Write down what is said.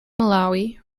malawi